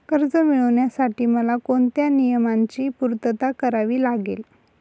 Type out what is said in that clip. कर्ज मिळविण्यासाठी मला कोणत्या नियमांची पूर्तता करावी लागेल?